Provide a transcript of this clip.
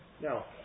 Now